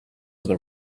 there